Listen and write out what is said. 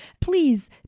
Please